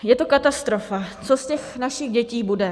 Je to katastrofa, co z těch našich dětí bude.